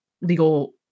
legal